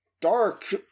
Dark